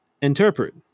interpret